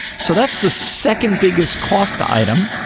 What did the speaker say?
so that's the second biggest cost item.